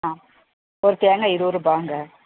ஆ ஒரு தேங்காய் இருவது ரூபாய்ங்க